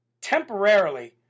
Temporarily